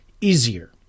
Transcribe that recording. easier